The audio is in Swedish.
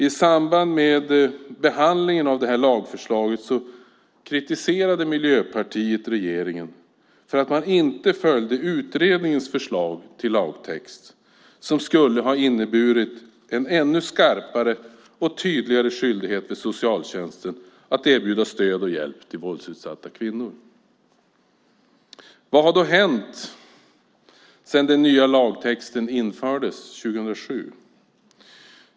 I samband med behandlingen av detta lagförslag kritiserade Miljöpartiet regeringen för att man inte följde utredningens förslag till lagtext, som skulle ha inneburit en ännu skarpare och tydligare skyldighet för socialtjänsten att erbjuda stöd och hjälp till våldsutsatta kvinnor. Vad har då hänt sedan den nya lagtexten infördes 2007?